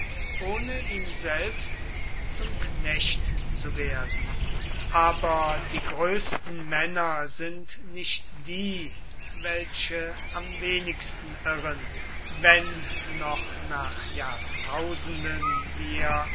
ohne ihm selbst zum knecht zu werden aber die größten männer sind nicht die welche am wenigsten irren wenn noch nach jahrtausenden wir